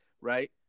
right